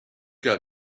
got